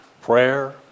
prayer